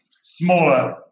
smaller